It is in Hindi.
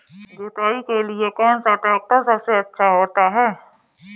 जुताई के लिए कौन सा ट्रैक्टर सबसे अच्छा होता है?